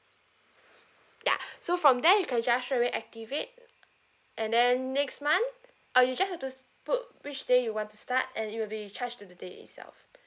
ya so from there you can just straight away activate and then next month uh you just have to book which day you want to start and it will be charged to the day itself